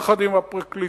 יחד עם הפרקליטות,